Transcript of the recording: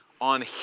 on